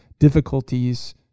difficulties